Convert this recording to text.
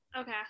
okay